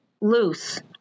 loose